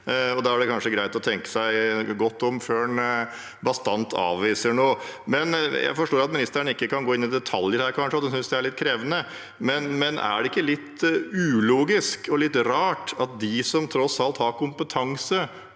er det kanskje greit å tenke seg godt om før en bastant avviser noe. Jeg forstår at ministeren ikke kan gå inn i detaljer her og synes det er litt krevende, men er det ikke litt ulogisk og litt rart at de som tross alt har kompetanse